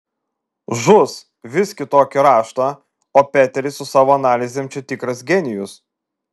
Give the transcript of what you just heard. žus vis kitokį raštą o peteris su savo analizėm čia tikras genijus